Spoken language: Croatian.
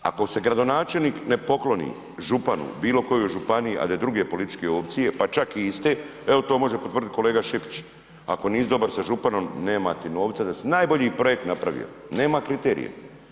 Ako se gradonačelnik ne pokloni županu bilokoje županije ali je druge političke opcije pa čak i iste, evo to može potvrdit kolega Šipić, ako nisi dobar sa županom, nema ti novca da di najbolji projekt napravio, nema kriterija.